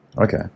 okay